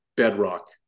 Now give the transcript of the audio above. bedrock